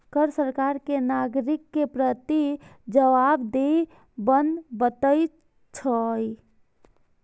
कर सरकार कें नागरिक के प्रति जवाबदेह बनबैत छै